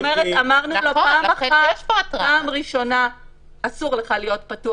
אמרנו שפעם ראשונה אסור לך להיות פתוח.